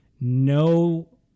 no